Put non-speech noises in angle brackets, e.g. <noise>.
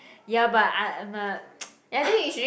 ya but I I'm a <noise> <breath>